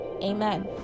Amen